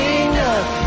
enough